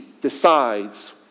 decides